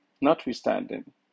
Notwithstanding